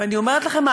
ואני אומרת לכם,